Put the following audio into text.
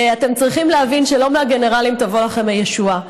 אתם צריכים להבין שלא מהגנרלים תבוא לכם הישועה,